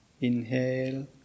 Inhale